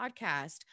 podcast